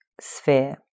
sphere